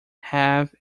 have